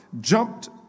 jumped